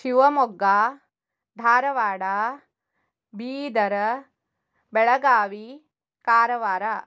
Shivamogga Dharwad Bidar Belagavi Karwar